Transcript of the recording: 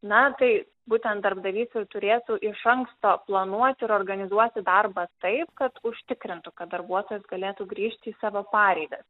na tai būtent darbdavys ir turėtų iš anksto planuoti ir organizuoti darbą taip kad užtikrintų kad darbuotojas galėtų grįžti į savo pareigas